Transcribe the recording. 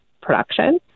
production